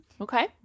Okay